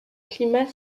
climat